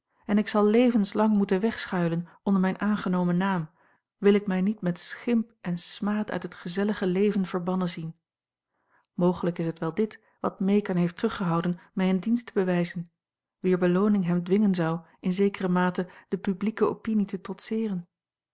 en ik zal levenslang moeten wegschuilen onder mijn aangenomen naam wil ik mij niet met schimp en smaad uit het gezellige leven verbannen zien mogelijk is het wel dit wat meekern heeft teruggehouden mij een dienst te bewijzen wier belooning hem dwingen zou in zekere mate de publieke opinie te trotseeren